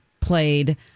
played